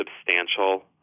substantial